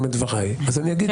הוא אמר